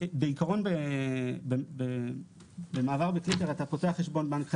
בעיקרון במעבר בתיק הרי אתה פותח חשבון בנק חדש.